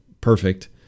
perfect